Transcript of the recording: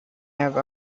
have